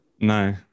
no